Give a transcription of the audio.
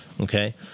Okay